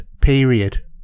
period